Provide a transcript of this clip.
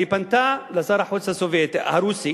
היא פנתה לשר החוץ הרוסי